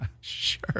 Sure